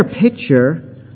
picture